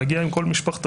מגיע עם כל משפחתו.